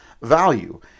value